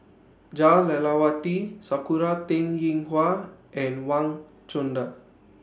Jah Lelawati Sakura Teng Ying Hua and Wang Chunde